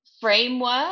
framework